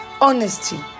honesty